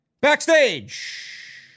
Backstage